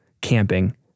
camping